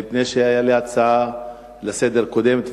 מפני שהיתה לי הצעה לסדר-היום קודמת,